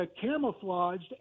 camouflaged